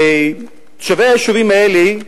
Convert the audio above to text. תושבי היישובים האלה,